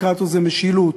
וקרטוס זה משילות,